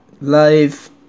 live